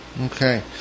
Okay